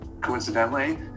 Coincidentally